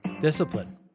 Discipline